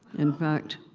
in fact,